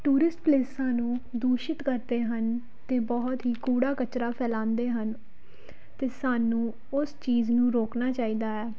tourist ਪਲੇਸਾਂ ਨੂੰ ਦੂਸ਼ਿਤ ਕਰਦੇ ਹਨ ਅਤੇ ਬਹੁਤ ਹੀ ਕੂੜਾ ਕਚਰਾ ਫੈਲਾਉਂਦੇ ਹਨ ਅਤੇ ਸਾਨੂੰ ਉਸ ਚੀਜ਼ ਨੂੰ ਰੋਕਣਾ ਚਾਹੀਦਾ ਹੈ